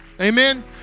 Amen